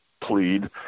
plead